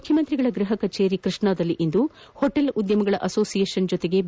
ಮುಖ್ಯಮಂತ್ರಿಗಳ ಗೃಹ ಕಚೇರಿ ಕೃಷ್ಣಾದಲ್ಲಿಂದು ಹೋಟೆಲ್ ಉದ್ದಮಗಳ ಆಸೋಸಿಯೇಷನ್ ಜೊತೆಗೆ ಬಿ